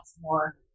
more